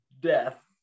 death